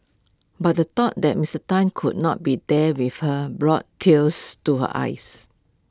but the thought that Mister Tan could not be there with her brought tears to her eyes